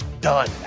done